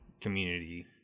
community